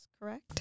correct